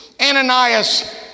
Ananias